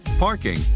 parking